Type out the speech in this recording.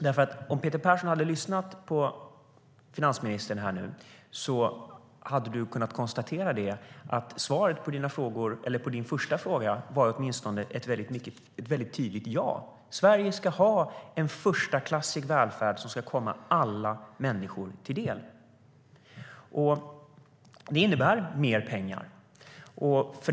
Om du, Peter Persson, hade lyssnat på finansministern här nu hade du kunnat konstatera att svaret på din första fråga var ett tydligt ja - Sverige ska ha en förstklassig välfärd som ska komma alla människor till del. Det innebär mer pengar.